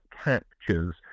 captures